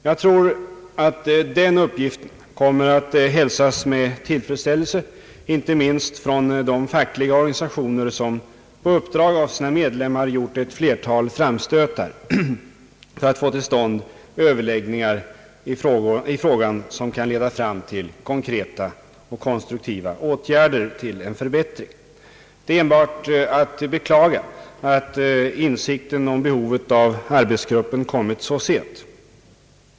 Jag tror att den uppgiften kommer att hälsas med tillfredsställelse, inte minst av de fackliga organisationer som på uppdrag av sina medlemmar gjort ett flertal framstötar för att få till stånd överläggningar i frågan, som kan leda fram till konkreta och konstruktiva åtgärder för en förbättring. Det är enbart att beklaga att insikten om behovet av arbetsgruppen kommit så sent.